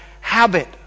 habit